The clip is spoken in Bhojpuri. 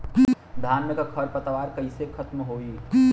धान में क खर पतवार कईसे खत्म होई?